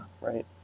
Right